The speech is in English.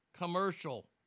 Commercial